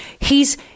hes